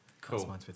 Cool